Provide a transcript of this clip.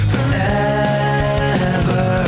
Forever